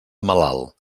malalt